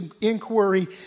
inquiry